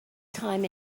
time